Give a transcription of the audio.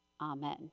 Amen